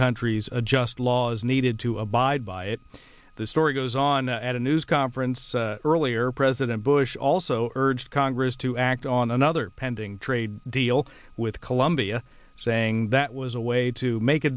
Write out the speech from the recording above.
countries adjust laws needed to abide by it the story goes on at a news conference earlier president bush also urged congress to act on another pending trade deal with colombia saying that was a way to make a